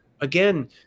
again